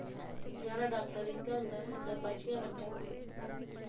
बचैरा डाक्टर इक्कै होंदा जां पर्चियां कट्टै ओ